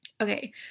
Okay